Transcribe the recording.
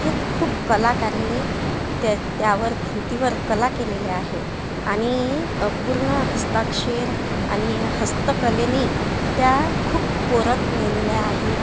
हे खूप कलाकारानी त्या त्यावर भिंतीवर कला केलेल्या आहे आणि अ पूर्ण हस्ताक्षर आणि हस्तकलेनी त्या खूप कोरत नेलेल्या आहे